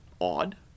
odd